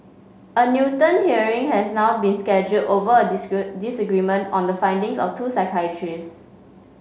a Newton hearing has now been scheduled over a disagree disagreement on the findings of two psychiatrists